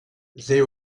they